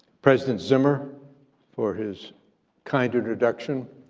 president zimmer for his kind introduction.